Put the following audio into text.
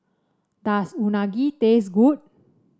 does Unagi taste good